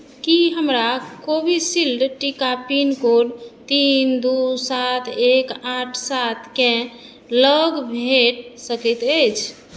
की हमरा कोविशील्ड टीका पिनकोड तीन दू सात एक आठ सातके लग भेट सकैत अछि